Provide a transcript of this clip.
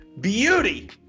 beauty